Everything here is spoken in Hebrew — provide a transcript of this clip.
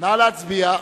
נא להצביע.